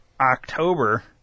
October